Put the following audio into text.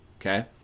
Okay